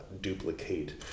duplicate